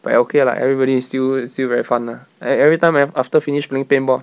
but okay lah everybody is still still very fun lah like every time I after finished playing paintball